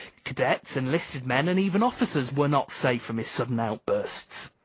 cadets, enlisted men, and even officers were not safe from his sudden outbursts.